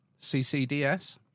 CCDS